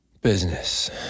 business